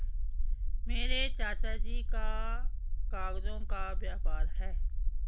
मेरे चाचा जी का कागजों का व्यापार है